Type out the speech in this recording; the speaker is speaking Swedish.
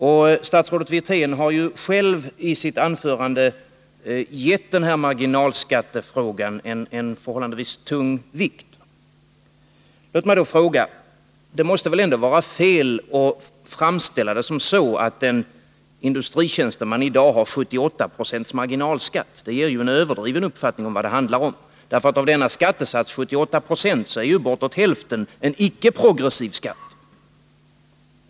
Och statsrådet Wirtén har själv i sitt anförande gett denna marginalskattefråga en förhållandevis tung vikt. Låt mig då fråga: Det måste väl ändå vara fel att framställa läget som sådant att en industritjänsteman i dag har 78 20 marginalskatt? Det ger ju en överdriven uppfattning om vad det handlar om. Av denna skattesats på 78 96 är ju bortåt hälften en icke progressiv skatt.